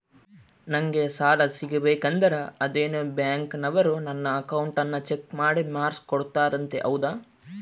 ನಂಗೆ ಸಾಲ ಸಿಗಬೇಕಂದರ ಅದೇನೋ ಬ್ಯಾಂಕನವರು ನನ್ನ ಅಕೌಂಟನ್ನ ಚೆಕ್ ಮಾಡಿ ಮಾರ್ಕ್ಸ್ ಕೊಡ್ತಾರಂತೆ ಹೌದಾ?